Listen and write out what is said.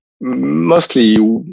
mostly